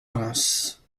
pinces